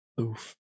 oof